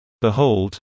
Behold